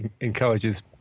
encourages